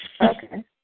Okay